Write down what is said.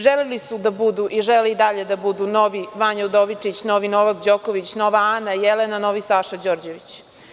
Želeli su da budu i žele i dalje da budu novi Vanja Udovičić, novi Novak Đoković, nova Ana, Jelena, novi Saša Đorđević.